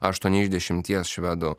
aštuoni iš dešimties švedų